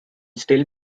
still